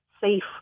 safe